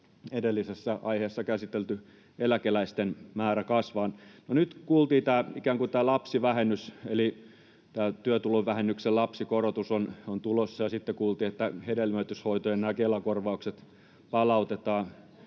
edellisessä aiheessa käsitelty eläkeläisten määrä kasvaa. No, nyt kuultiin, että tämä ikään kuin lapsivähennys eli työtulovähennyksen lapsikorotus on tulossa, ja sitten kuultiin, että hedelmöityshoitojen Kela-korvaukset palautetaan.